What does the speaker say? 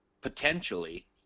potentially